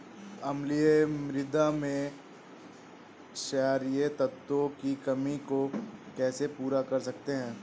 अम्लीय मृदा में क्षारीए तत्वों की कमी को कैसे पूरा कर सकते हैं?